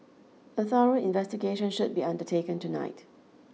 a thorough investigation should be undertaken tonight